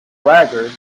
braggers